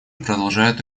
продолжает